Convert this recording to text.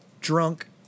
drunk